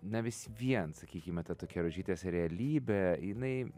na vis vien sakykime ta tokia rožytės realybė jinai